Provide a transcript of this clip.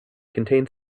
contain